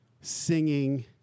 singing